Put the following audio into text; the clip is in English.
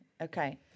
Okay